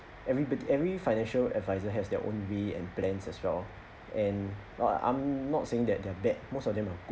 everybody every financial advisor has their own way and plan as well and I I'm not saying that they're bad most of them are good